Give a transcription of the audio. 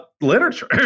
Literature